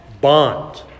bond